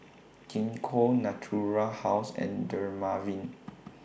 Gingko Natura House and Dermaveen